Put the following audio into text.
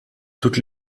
toutes